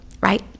right